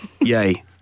Yay